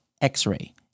X-Ray